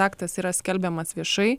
aktas yra skelbiamas viešai